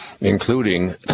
including